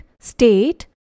state